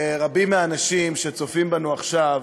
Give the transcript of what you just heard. רבים מהאנשים שצופים בנו עכשיו